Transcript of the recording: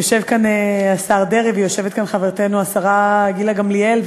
יושב כאן השר דרעי ויושבת כאן חברתנו השרה גילה גמליאל,